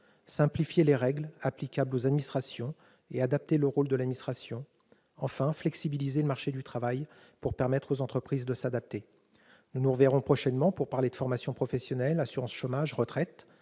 Simplifiez les règles applicables aux administrations et adaptez le rôle de celles-ci. Enfin, flexibilisez le marché du travail pour permettre aux entreprises de s'adapter. Nous nous reverrons prochainement pour parler de formation professionnelle, d'assurance chômage, de retraites.